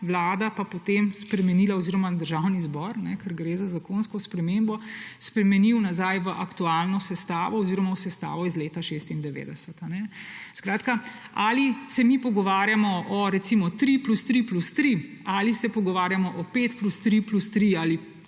vlada spremenila – oziroma Državni zbor, ker gre za zakonsko spremembo – nazaj v aktualno sestavo oziroma v sestavo iz leta 1996. Ali se mi pogovarjamo o recimo 3+3+5, ali se pogovarjamo o 5+3+3, ali